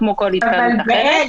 כמו כל התקהלות אחרת.